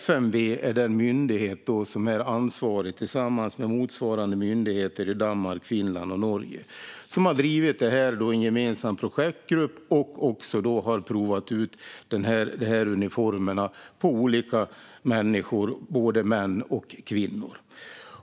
FMV är den myndighet som är ansvarig tillsammans med motsvarande myndigheter i Danmark, Finland och Norge, och de har drivit detta i en gemensam projektgrupp och då också provat ut uniformerna på olika människor, både män och kvinnor.